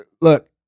look